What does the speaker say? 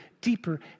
deeper